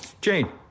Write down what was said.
Jane